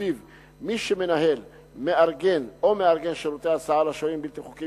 שלפיו מי שמנהל או מארגן שירותי הסעה לשוהים בלתי חוקיים